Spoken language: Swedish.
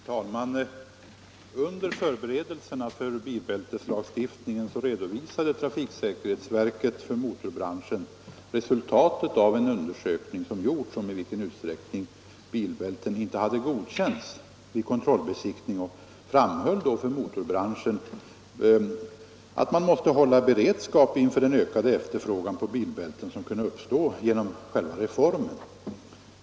Herr talman! Under förberedelserna för bilbälteslagstiftningen redovisade trafiksäkerhetsverket för motorbranschen resultatet av en undersökning som gjorts om i vilken utsträckning bilbälten inte hade godkänts vid kontrollbesiktning och framhöll då för motorbranschen att man måste hålla beredskap inför den ökade efterfrågan på bilbälten som kunde uppstå genom reformen.